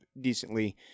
decently